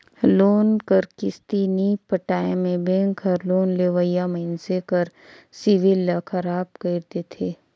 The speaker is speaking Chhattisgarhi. लोन कर किस्ती नी पटाए में बेंक हर लोन लेवइया मइनसे कर सिविल ल खराब कइर देथे